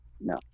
no